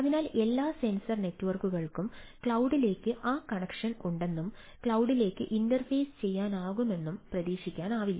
അതിനാൽ എല്ലാ സെൻസർ നെറ്റ്വർക്കുകൾക്കും ക്ലൌഡിലേക്ക് ആ കണക്ഷൻ ഉണ്ടെന്നും ക്ലൌഡിലേക്ക് ഇന്റർഫേസ് ചെയ്യാനാകുമെന്നും പ്രതീക്ഷിക്കാനാവില്ല